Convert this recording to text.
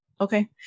Okay